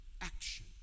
action